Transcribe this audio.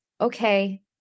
okay